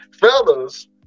Fellas